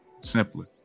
simply